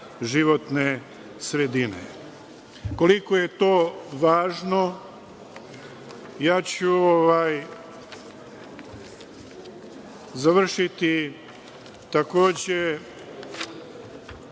životne sredine. Koliko je to važno, završiću, takođe,